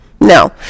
No